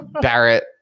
barrett